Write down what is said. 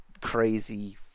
crazy